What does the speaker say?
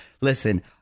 Listen